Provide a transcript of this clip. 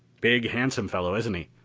big, handsome fellow, isn't he?